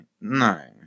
no